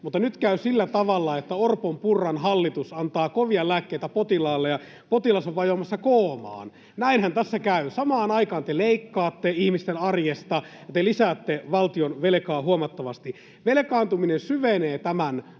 Mutta nyt käy sillä tavalla, että Orpon—Purran hallitus antaa kovia lääkkeitä potilaalle ja potilas on vajoamassa koomaan. Näinhän tässä käy. Samaan aikaan te leikkaatte ihmisten arjesta. Te lisäätte valtionvelkaa huomattavasti. Velkaantuminen syvenee tämän vaalikauden